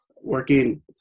working